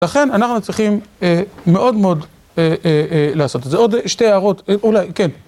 לכן אנחנו צריכים מאוד מאוד לעשות את זה, עוד שתי הערות, אולי, כן.